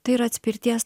tai yra atspirties